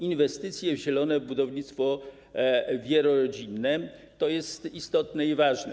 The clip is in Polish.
Inwestycje w zielone budownictwo wielorodzinne - to jest istotne i ważne.